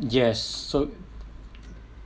yes so